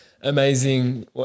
amazing